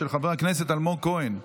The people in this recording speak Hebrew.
של חבר הכנסת אלמוג כהן.